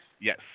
Yes